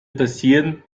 passieren